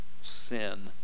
sin